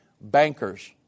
bankers